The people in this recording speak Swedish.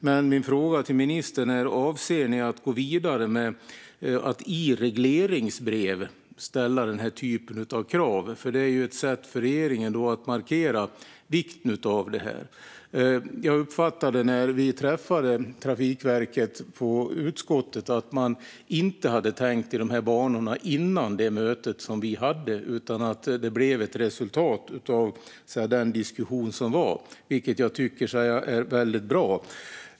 Men min fråga till ministern var: Avser ni att gå vidare med att i regleringsbrev ställa sådana krav? Det vore ett sätt för regeringen att markera vikten av detta. När utskottet träffade Trafikverket uppfattade jag att man före mötet inte hade tänkt i dessa banor, utan det här blev resultatet av diskussionen, vilket jag tycker är väldigt bra.